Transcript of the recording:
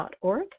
org